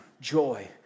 joy